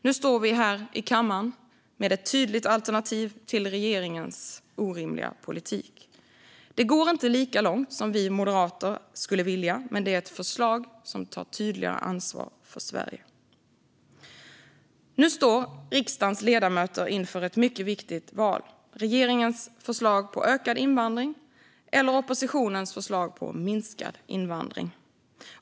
Nu står vi här i kammaren med ett tydligt alternativ till regeringens orimliga politik. Det går inte lika långt som vi moderater skulle vilja, men det är ett förslag som tydligare tar ansvar för Sverige. Nu står riksdagens ledamöter inför ett mycket viktigt val: regeringens förslag på ökad invandring eller oppositionens förslag på minskad invandring.